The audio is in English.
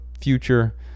future